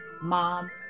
mom